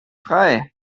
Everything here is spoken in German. frei